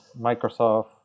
Microsoft